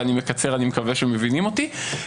ואני מקצר ואני מקווה שמבינים אותי.